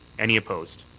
any opposed?